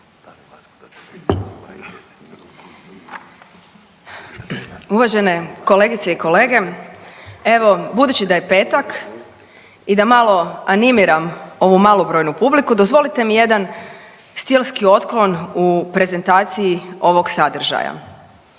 Uvažene kolegice i kolege, evo, budući da je petak i da malo animiram ovu malobrojnu publiku, dozvolite mi jedan stilski otklon u prezentaciji ovog sadržaja,